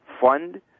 fund